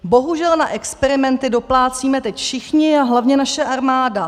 Bohužel na experimenty doplácíme teď všichni a hlavně naše armáda.